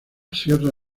sierra